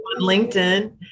LinkedIn